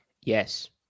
yes